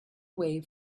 way